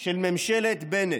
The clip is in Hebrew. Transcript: של ממשלת בנט.